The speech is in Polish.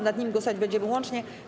Nad nimi głosować będziemy łącznie.